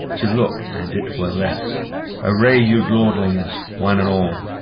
to look, and it were less array you, lordyngs, one and all,